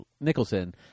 Nicholson